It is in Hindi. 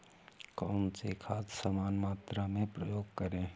कौन सी खाद समान मात्रा में प्रयोग करें?